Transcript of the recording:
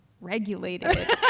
regulated